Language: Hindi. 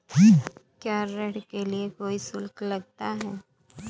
क्या ऋण के लिए कोई शुल्क लगता है?